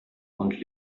und